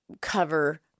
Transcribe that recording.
cover